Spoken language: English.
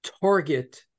target